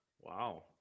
Wow